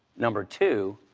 number two,